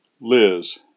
Liz